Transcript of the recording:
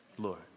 Lord